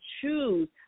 choose